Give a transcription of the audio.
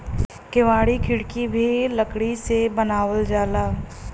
केवाड़ी खिड़की भी लकड़ी से बनावल जाला